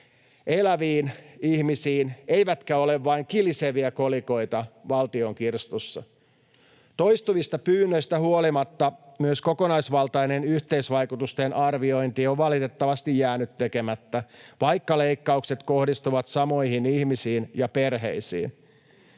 eläviin ihmisiin, eivätkä ole vain kiliseviä kolikoita valtion kirstussa. Toistuvista pyynnöistä huolimatta myös kokonaisvaltainen yhteisvaikutusten arviointi on valitettavasti jäänyt tekemättä, vaikka leikkaukset kohdistuvat samoihin ihmisiin ja perheisiin.